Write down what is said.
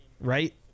right